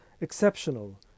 exceptional